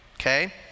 okay